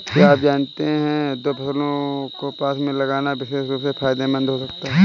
क्या आप जानते है दो फसलों को पास में लगाना विशेष रूप से फायदेमंद हो सकता है?